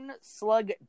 Slug